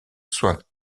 soin